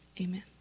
Amen